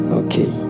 okay